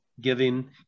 giving